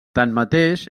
tanmateix